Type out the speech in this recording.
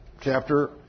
chapter